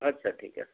আচ্ছা ঠিক আছে